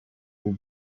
des